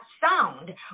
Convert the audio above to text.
sound